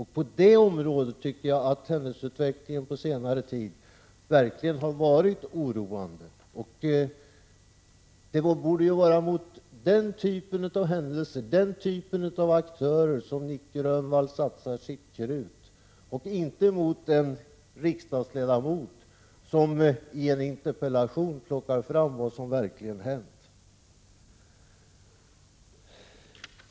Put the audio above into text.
Härvidlag tycker jag att händelseutvecklingen har varit verkligt oroande under senare tid. Nic Grönvall borde ju satsa sitt krut mot den nämnda typen av aktörer och inte mot en riksdagsledamot som i en interpellation tar fram vad som verkligen har hänt.